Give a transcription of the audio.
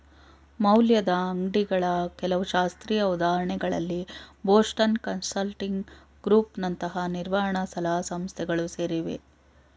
ಮೌಲ್ಯದ ಅಂಗ್ಡಿಗಳ ಕೆಲವು ಶಾಸ್ತ್ರೀಯ ಉದಾಹರಣೆಗಳಲ್ಲಿ ಬೋಸ್ಟನ್ ಕನ್ಸಲ್ಟಿಂಗ್ ಗ್ರೂಪ್ ನಂತಹ ನಿರ್ವಹಣ ಸಲಹಾ ಸಂಸ್ಥೆಗಳು ಸೇರಿವೆ